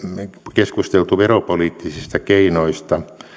keskusteltu veropoliittisista keinoista